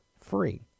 free